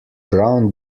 brown